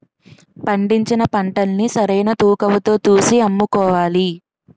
పండించిన పంటల్ని సరైన తూకవతో తూసి అమ్ముకోవాలి